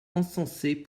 encensaient